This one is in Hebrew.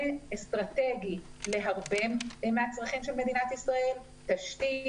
אסטרטגי להרבה מהצרכים של מדינת ישראל כמו תשתית,